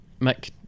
Mick